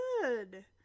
good